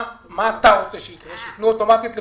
מה אתה רוצה שיקרה, שייתנו אוטומטית לכולם,